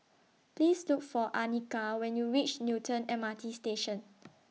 Please Look For Anika when YOU REACH Newton M R T Station